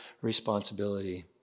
responsibility